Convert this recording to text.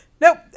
Nope